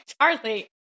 Charlie